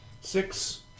Six